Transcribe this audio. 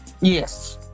Yes